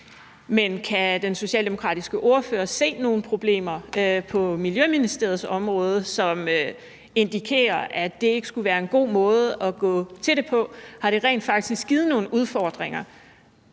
Men kan den socialdemokratiske ordfører se nogen problemer på Miljøministeriets område, som indikerer, at det ikke skulle være en god måde at gå til det på? Har det rent faktisk givet nogen udfordringer?